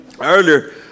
earlier